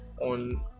on